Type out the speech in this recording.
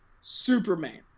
Superman